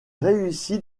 réussit